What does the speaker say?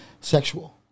sexual